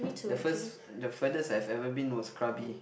the first the furthest I've ever been was krabi